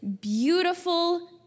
beautiful